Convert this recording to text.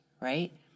right